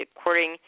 according